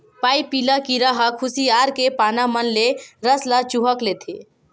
पाइपिला कीरा ह खुसियार के पाना मन ले रस ल चूंहक लेथे